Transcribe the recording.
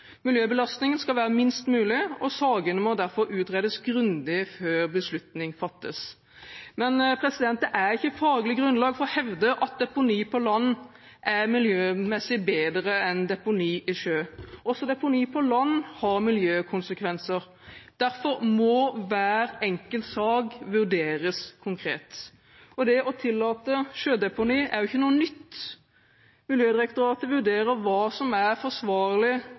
Miljøbelastningen skal være minst mulig. Sakene må derfor utredes grundig før beslutning fattes. Det er ikke faglig grunnlag for å hevde at deponi på land er miljømessig bedre enn deponi i sjø. Også deponi på land får miljøkonsekvenser. Derfor må hver enkelt sak vurderes konkret. Det å tillate sjødeponi er ikke noe nytt. Miljødirektoratet vurderer hva som er forsvarlig